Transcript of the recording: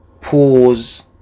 pause